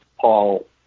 Paul